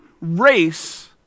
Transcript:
race